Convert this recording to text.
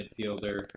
midfielder